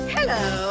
Hello